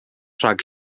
rhag